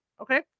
okay